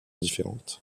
différentes